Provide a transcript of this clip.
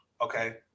okay